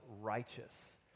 righteous